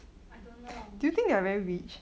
I don't know